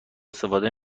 استفاده